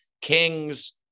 Kings